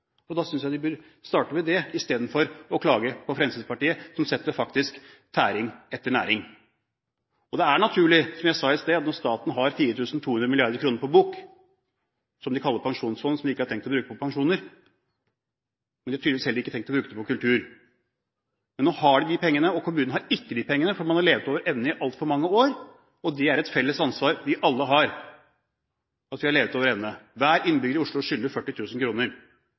dette. Da synes jeg de bør starte med det istedenfor å klage på Fremskrittspartiet som faktisk setter tæring etter næring. Det er naturlig, som jeg sa i sted, at når staten har 4 200 mrd. kr på bok, som de kaller pensjonsfond, som de ikke har tenkt å bruke på pensjoner, kunne de brukt det her – men de har tydeligvis heller ikke tenkt å bruke det på kultur. Men nå har de pengene. Kommunen har ikke pengene, for man har levd over evne i altfor mange år. Det er et felles ansvar vi alle har, at vi har levd over evne. Hver innbygger i Oslo skylder